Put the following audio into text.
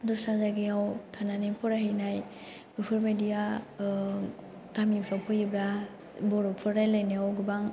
दस्रा जायगायाव थानानै फराय हैनाय बेफोर बायदिया गामिफ्राव फैयाेबा बर'फोर रायलायनायाव गोबां